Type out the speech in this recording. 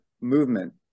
movement